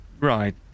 right